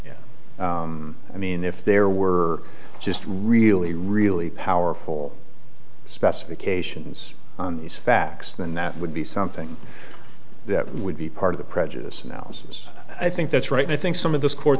i mean if there were just really really powerful specifications these facts then that would be something that would be part of the prejudice analysis i think that's right i think some of this court